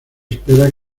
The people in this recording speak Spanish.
espera